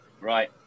Right